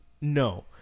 no